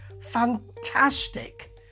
fantastic